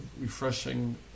refreshing